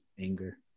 anger